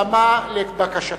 במה לבקשתך.